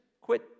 quit